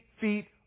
feet